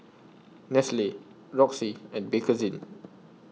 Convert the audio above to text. Nestle Roxy and Bakerzin